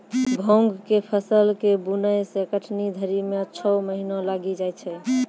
भाँग के फसल के बुनै से कटनी धरी मे छौ महीना लगी जाय छै